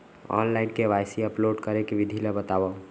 Online KYC upload करे के विधि ला बतावव?